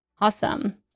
Awesome